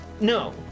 no